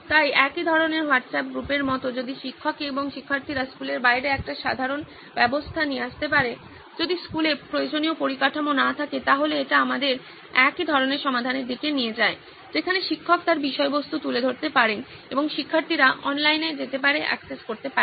তাই একই ধরনের হোয়াটসঅ্যাপ গ্রুপের মতো যদি শিক্ষক এবং শিক্ষার্থীরা স্কুলের বাইরে একটি সাধারণ ব্যবস্থা নিয়ে আসতে পারে যদি স্কুলে প্রয়োজনীয় পরিকাঠামো না থাকে তাহলে এটি আমাদের একই ধরনের সমাধানের দিকে নিয়ে যায় যেখানে শিক্ষক তার বিষয়বস্তু তুলে ধরতে পারেন এবং শিক্ষার্থীরা অনলাইনে যেতে পারে অ্যাক্সেস করতে পারে